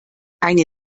eine